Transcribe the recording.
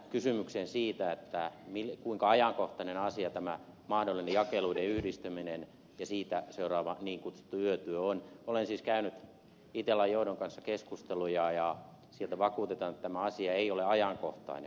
kysymyksestä siitä kuinka ajankohtainen asia tämä mahdollinen jakeluiden yhdistyminen ja siitä seuraava niin kutsuttu yötyö on olen siis käynyt itellan johdon kanssa keskusteluja ja sieltä vakuutetaan että tämä asia ei ole ajankohtainen